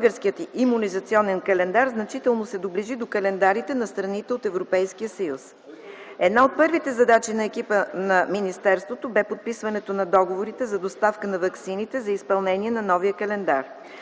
българския имунизационен календар значително се доближи до календарите на страните от Европейския съюз. Една от първите задачи на екипа на министерството бе подписването на договорите за доставка на ваксините за изпълнение на новия календар.